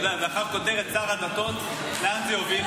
אתה יודע, מחר כותרת: שר הדתות, לאן זה יוביל?